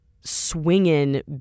swinging